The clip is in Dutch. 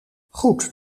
goed